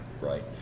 Right